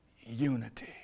unity